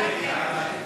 23,